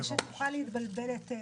זה כדי שנוכל להתבלבל יותר.